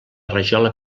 rajola